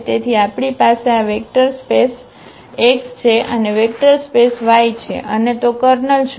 તેથી આપણી પાસે આ વેક્ટર સ્પેસ X છે અને વેક્ટર સ્પેસ Y છે અને તો કર્નલ શું છે